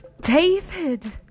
David